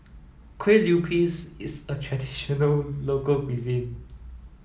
Kueh Lupis is a traditional local cuisine